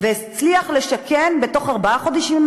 והצליח לשכן בתוך ארבעה חודשים,